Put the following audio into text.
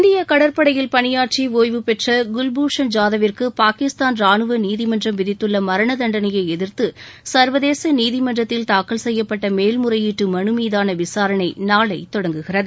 பெற்ற கடற்படையில் பணியாற்றி ஒய்வு இந்திய குல்பூஷன் யாதவ் விற்கு பாகிஸ்தான் ரானுவ நீதிமன்றம் விதித்துள்ள மரண தண்டனையை எதிர்த்து சர்வதேச நீதிமன்றத்தில் தாக்கல் செய்யப்பட்ட மேல்முறையீட்டு மனு மீதான விசாரணை நாளை தொடங்குகிறது